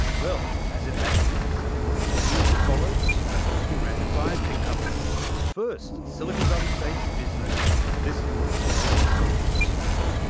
well, as it happens, in the years that followed i built and ran a biotech company, the first silicon valley-based business to list on the australian stock exchange.